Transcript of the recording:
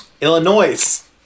Illinois